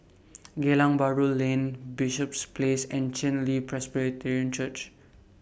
Geylang Bahru Lane Bishops Place and Chen Li Presbyterian Church